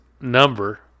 number